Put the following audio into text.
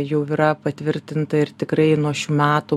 jau yra patvirtinta ir tikrai nuo šių metų